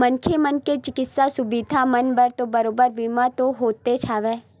मनखे मन के चिकित्सा सुबिधा मन बर बरोबर बीमा तो होतेच हवय